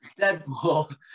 deadpool